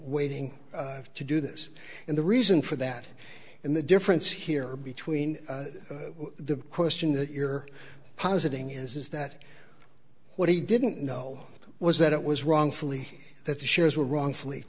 waiting to do this and the reason for that and the difference here between the question that you're positing is that what he didn't know was that it was wrongfully that the shares were wrongfully